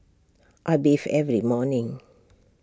I bathe every morning